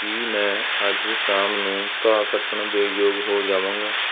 ਕੀ ਮੈਂ ਅੱਜ ਸ਼ਾਮ ਨੂੰ ਘਾਹ ਕੱਟਣ ਦੇ ਯੋਗ ਹੋ ਜਾਵਾਂਗਾ